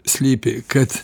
slypi kad